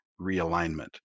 realignment